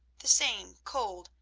the same cold,